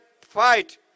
fight